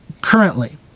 currently